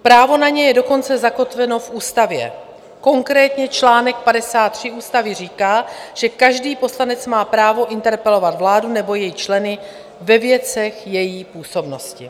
Právo na ně je dokonce zakotveno v ústavě, konkrétně čl. 53 ústavy říká, že každý poslanec má právo interpelovat vládu nebo její členy ve věcech její působnosti.